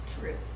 True